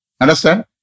Understand